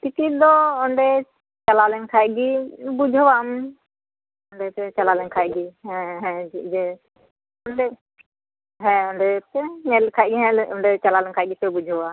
ticket ᱫᱚ ᱚᱸᱰᱮ ᱪᱟᱞᱟᱣ ᱞᱮᱱᱠᱷᱟᱱ ᱜᱮ ᱵᱩᱡᱷᱟᱹᱣᱟᱢ ᱚᱸᱰᱮ ᱪᱟᱞᱟᱣ ᱞᱮᱱᱠᱷᱟᱡ ᱜᱮ ᱦᱮᱸ ᱡᱮ ᱦᱮᱸ ᱚᱸᱰᱮ ᱯᱮ ᱧᱮᱞ ᱞᱮᱠᱷᱟᱡ ᱜᱮ ᱚᱸᱰᱮ ᱪᱟᱞᱟᱣ ᱞᱮᱱᱠᱷᱟᱡ ᱜᱮᱯᱮ ᱵᱩᱡᱷᱟᱹᱣᱟ